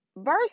verse